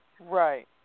Right